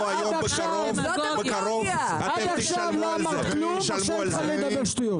עד עכשיו לא אמרת כלום ועכשיו התחלת לדבר שטויות.